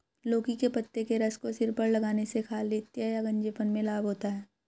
लौकी के पत्ते के रस को सिर पर लगाने से खालित्य या गंजेपन में लाभ होता है